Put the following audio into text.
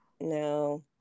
No